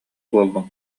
буоллуҥ